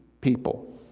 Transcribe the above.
people